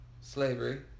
Slavery